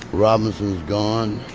robinson's gone.